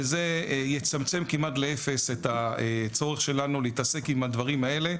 וזה יצמצם כמעט לאפס את הצורך שלנו להתעסק עם הדברים האלה,